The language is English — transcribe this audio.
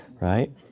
right